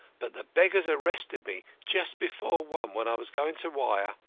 but the beggars arrested me just before one, when i was going to wire,